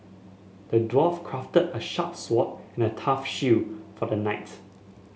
the dwarf crafted a sharp sword and a tough shield for the knight